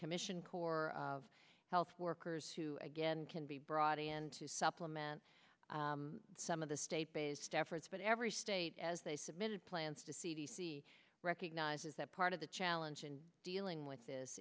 commission corps of health workers who again can be brought in to supplement some of the state based efforts but every state as they submitted plans to c d c recognizes that part of the challenge in dealing with this